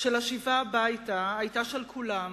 של השיבה הביתה היתה של כולם,